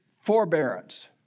forbearance